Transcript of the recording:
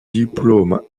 diplôme